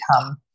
come